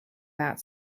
that